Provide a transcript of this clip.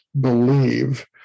believe